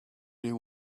you